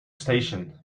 station